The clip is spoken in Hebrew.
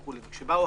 כשאמרו: